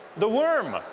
the worm!